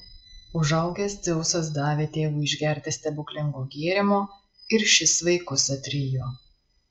užaugęs dzeusas davė tėvui išgerti stebuklingo gėrimo ir šis vaikus atrijo